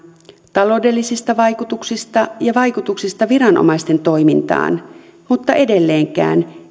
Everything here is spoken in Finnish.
taloudellisista vaikutuksista ja vaikutuksista viranomaisten toimintaan mutta edelleenkään